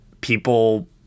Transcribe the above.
people